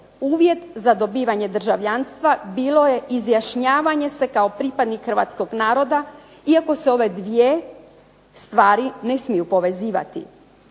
uvjet za dobivanje državljanstva bilo je izjašnjavanje se kao pripadnik hrvatskog naroda iako se ove dvije stvari ne smiju povezivati.